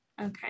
Okay